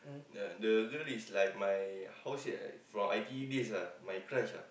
the the girl is like my how say ah from I_T_E days ah my crush ah